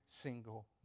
single